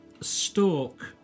stalk